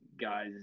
guys